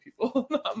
people